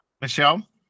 michelle